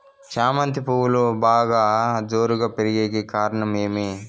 చామంతి పువ్వులు బాగా జోరుగా పెరిగేకి కారణం ఏమి?